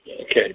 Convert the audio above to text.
Okay